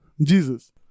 Jesus